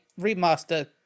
remaster